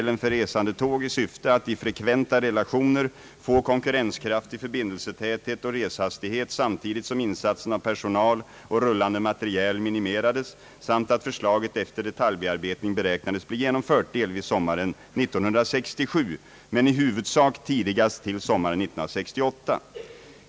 kurrenskraftig förbindelsetäthet och reshastighet samtidigt som insatsen av personal och rullande materiel minimerades samt att förslaget efter detaljbearbetning beräknades bli genomfört delvis sommaren 1967 men i huvudsak tidigast till sommaren 1968.